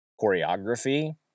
choreography